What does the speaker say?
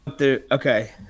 Okay